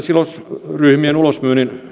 sidosryhmien ulosmyynnin